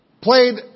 played